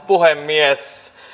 puhemies